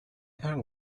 are